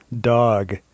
dog